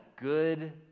good